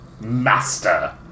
master